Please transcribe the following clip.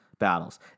battles